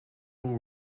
all